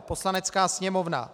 Poslanecká sněmovna